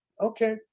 Okay